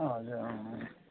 हजुर